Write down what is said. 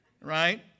Right